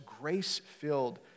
grace-filled